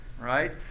right